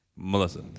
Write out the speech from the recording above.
Melissa